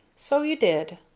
so you did!